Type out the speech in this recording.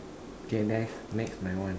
okay next next my one